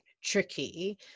tricky